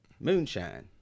Moonshine